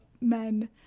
men